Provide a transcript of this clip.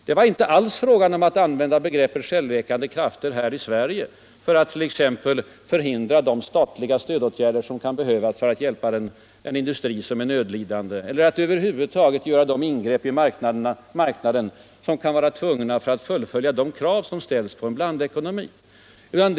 Det var inte alls fråga om att använda ”de självläkande krafterna” här i Sverige för utt t.ex. förhindra statliga stödåtgärder som kan behövas för att hjälpa en industri som är nödlidande eller att över huvud taget göra de ingrepp i marknaden som kan vara nödvändiga för att fullfölja de krav som ställs på vår svenska blandekonomi.